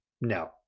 no